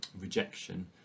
rejection